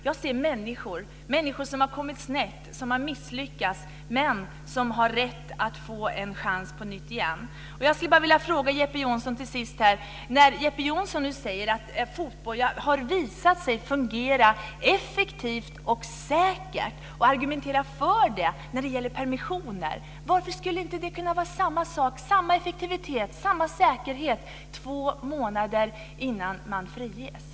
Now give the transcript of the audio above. Jag ser människor, människor som har kommit snett och som har misslyckats men som har rätt att få en chans på nytt. Johnsson. När Jeppe Johnsson nu säger att fotboja har visat sig fungera effektivt och säkert och argumenterar för det när det gäller permissioner, varför skulle det då inte kunna vara samma effektivitet och samma säkerhet två månader före frigivning?